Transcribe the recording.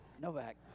Novak